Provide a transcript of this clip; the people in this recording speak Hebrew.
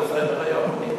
בסדר-היום.